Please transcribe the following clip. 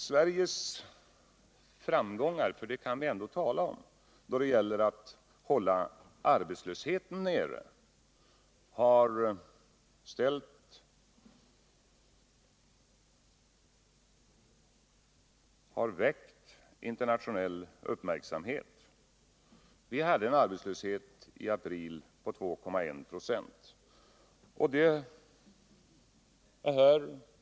Sveriges framgångar — för det kan vi ändå tala om — då det gäller att hålla arbetslösheten nere har väckt internationell uppmärksamhet. I april hade vi en arbetslöshet på 2,1 96.